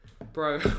Bro